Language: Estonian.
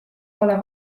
pole